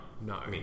no